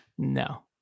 No